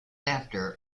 after